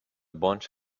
bunch